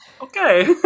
okay